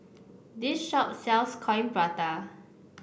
this shop sells Coin Prata